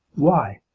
why?